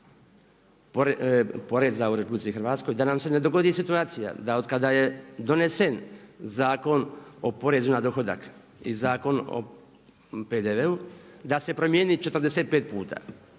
poreza u RH, da nam se ne dogodi situacija da otkada je donesen Zakon o porezu na dohodak i Zakon o PDV-u da se promjeni 45 puta.